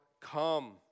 come